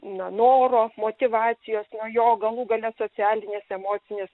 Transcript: na noro motyvacijos nuo jo galų gale socialinės emocinės